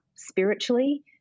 spiritually